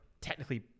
technically